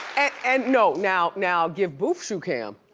and no, now now give boof shoe cam.